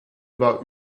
war